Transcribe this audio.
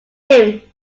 him